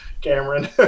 cameron